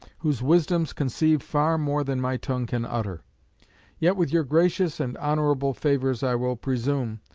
whose wisdoms conceive far more than my tongue can utter yet with your gracious and honourable favours i will presume,